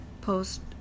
post